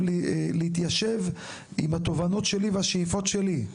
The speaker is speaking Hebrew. להתיישב עם התובנות שלי והשאיפות שלי,